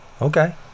okay